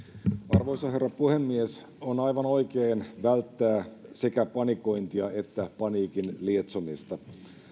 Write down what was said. arvoisa herra puhemies on aivan oikein välttää sekä panikointia että paniikin lietsomista